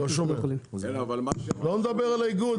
לא מדבר על האיגוד,